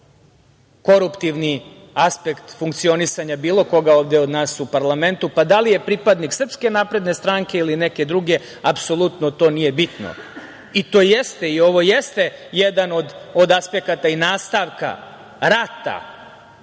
koruptivni aspekt funkcionisanja bilo koga ovde od nas u parlamentu, pa da li je pripadnik SNS ili neke druge, apsolutno to nije bitno. Ovo jeste jedan od aspekata i nastavka rata